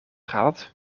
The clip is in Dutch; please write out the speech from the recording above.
gehaald